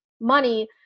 money